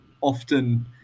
Often